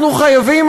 אנחנו חייבים,